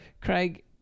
Craig